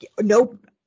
Nope